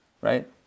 right